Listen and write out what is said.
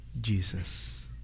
Jesus